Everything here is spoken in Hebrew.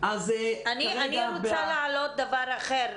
--- אני רוצה להעלות דבר אחר.